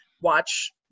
watch